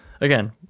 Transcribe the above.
again